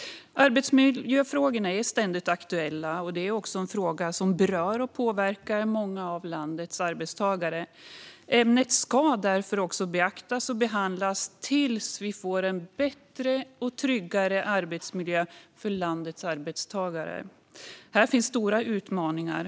Arbetsmiljöfrågorna är ständigt aktuella, och det är frågor som berör och påverkar många av landets arbetstagare. Ämnet ska därför också beaktas och behandlas tills vi får en bättre och tryggare arbetsmiljö för landets arbetstagare. Här finns stora utmaningar.